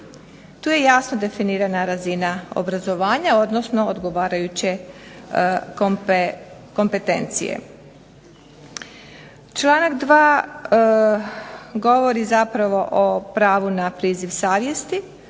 Tu je jasno definirana razina obrazovanja, odnosno odgovarajuće kompetencije. Članak 2. govori zapravo o pravu na priziv savjesti